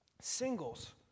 Singles